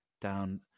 down